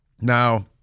Now